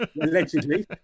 Allegedly